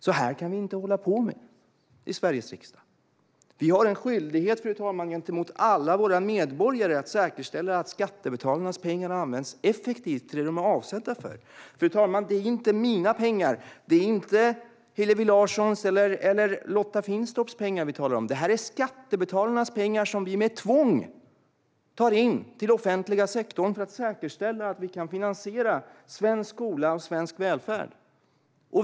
Så kan vi inte hålla på i Sveriges riksdag. Vi har en skyldighet, fru talman, gentemot alla våra medborgare att säkerställa att skattebetalarnas pengar används effektivt och till det som de är avsedda för. Fru talman! Det är inte mina pengar. Det är inte Hillevi Larssons eller Lotta Finstorps pengar vi talar om. Det här är skattebetalarnas pengar som vi med tvång tar in till den offentliga sektorn för att säkerställa att vi kan finansiera svensk skola och svensk välfärd.